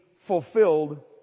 fulfilled